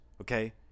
Okay